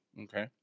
Okay